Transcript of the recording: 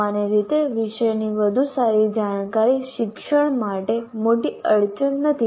સામાન્ય રીતે વિષયની વધુ સારી જાણકારી શિક્ષણ માટે મોટી અડચણ નથી